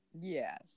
Yes